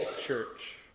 church